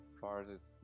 farthest